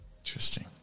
interesting